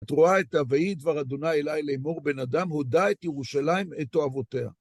את רואה את "ויהי דבר אדוני אלי לאמור, בן אדם, הודע את ירושלים את תועבותיה".